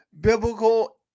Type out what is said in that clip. biblical